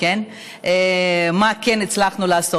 מה הצלחנו לעשות.